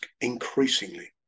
increasingly